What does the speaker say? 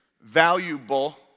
valuable